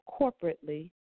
corporately